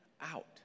out